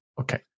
Okay